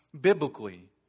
biblically